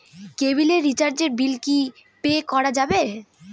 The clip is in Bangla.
কেবিলের রিচার্জের বিল কি পে করা যাবে?